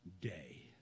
day